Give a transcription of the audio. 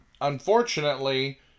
unfortunately